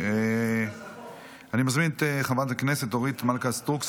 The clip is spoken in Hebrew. אני מזמין את חברת הכנסת אורית מלכה סטרוק,